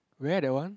where that one